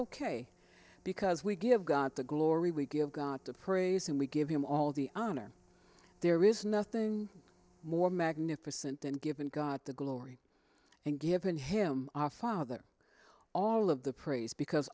ok because we give god the glory we give god to praise him we give him all the honor there is nothing more magnificent and given got the glory and given him off father all of the praise because